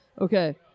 Okay